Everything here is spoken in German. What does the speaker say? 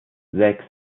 sechs